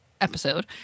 episode